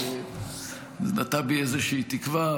זה נטע בי איזושהי תקווה.